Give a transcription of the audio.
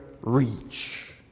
reach